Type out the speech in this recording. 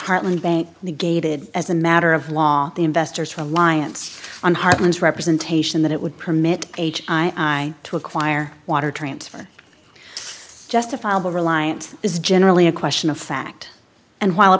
hartland bank negated as a matter of law the investors reliance on heartland's representation that it would permit age i to acquire water transfer justifiable reliance is generally a question of fact and while a